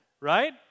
right